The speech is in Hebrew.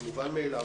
זה מובן מאליו.